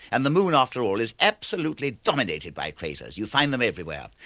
and the moon after all is absolutely dominated by carters, you find them everywhere.